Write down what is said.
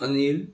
Anil